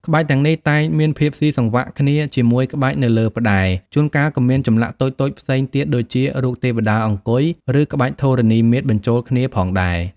ក្បាច់ទាំងនេះតែងមានភាពស៊ីសង្វាក់គ្នាជាមួយក្បាច់នៅលើផ្តែរ ជួនកាលក៏មានចម្លាក់តូចៗផ្សេងទៀតដូចជា រូបទេវតាអង្គុយ ឬក្បាច់ធរណីមាត្របញ្ចូលគ្នាផងដែរ។